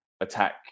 attack